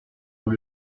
vous